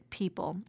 people